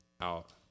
out